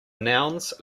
nouns